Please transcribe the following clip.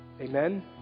Amen